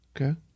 Okay